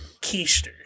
keister